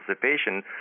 participation